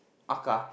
Aka